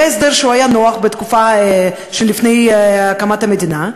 היה הסדר שהיה נוח בתקופה שלפני הקמת המדינה,